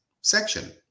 section